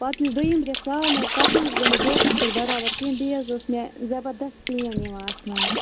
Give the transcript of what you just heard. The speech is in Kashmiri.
پتہٕ یُس دوٚیِم رٮ۪تھ ژاو نَہ حظ پتہٕ نَہ حظ گوٚو مےٚ ڈیٹس پٮ۪ٹھ بَرابر کیٚنٛہہ بیٚیہِ حظ اوس مےٚ زبردس پین یِوان اَتھ منٛز